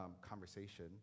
conversation